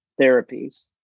therapies